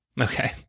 Okay